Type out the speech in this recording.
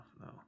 no